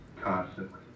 constantly